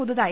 പുതുതായി